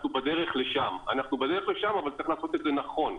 אנחנו בדרך לשם אבל צריך לעשות את זה נכון.